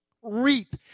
reap